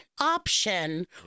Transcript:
option